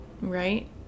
right